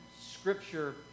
scripture